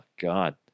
God